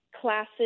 classes